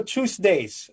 Tuesdays